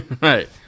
Right